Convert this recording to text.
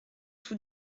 tout